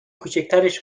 کوچیکترش